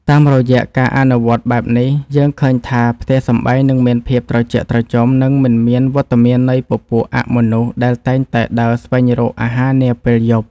តាមរយៈការអនុវត្តបែបនេះយើងឃើញថា ផ្ទះសម្បែងនឹងមានភាពត្រជាក់ត្រជុំ និងមិនមានវត្តមាននៃពពួកអមនុស្សដែលតែងតែដើរស្វែងរកអាហារនាពេលយប់។